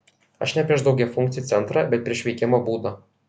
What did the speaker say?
aš ne prieš daugiafunkcį centrą bet prieš veikimo būdą